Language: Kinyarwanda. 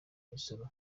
imisoro